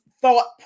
thought